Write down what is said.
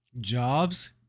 jobs